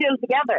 together